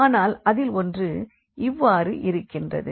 ஆனால் அதில் ஒன்று இவ்வாறு இருக்கின்றது